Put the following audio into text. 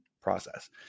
process